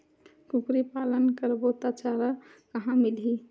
कुकरी पालन करबो त चारा कहां मिलही?